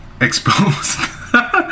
Exposed